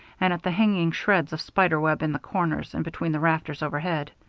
and at the hanging shreds of spider web in the corners and between the rafters overhead.